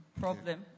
problem